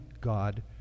God